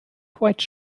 quite